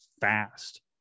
fast